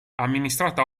amministrata